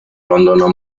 londoner